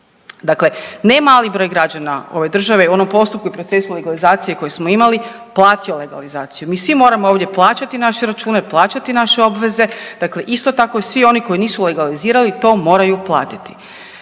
Dakle nemali broj građani ove države u onom postupku i procesu legalizacije koji smo imali, platila je legalizaciju. Mi svi moramo ovdje plaćati naše račune, plaćati naše obveze, dakle isto tako, svi oni koji nisu legalizirali, to moraju platiti.